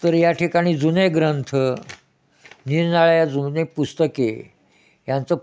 तर या ठिकाणी जुने ग्रंथ निरनिराळ्या जुने पुस्तके यांचं